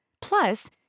Plus